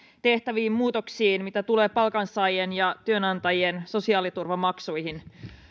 tehtäviin muutoksiin joita tulee palkansaajien ja työnantajien sosiaaliturvamaksuihin